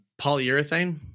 polyurethane